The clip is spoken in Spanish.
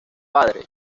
padre